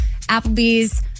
Applebee's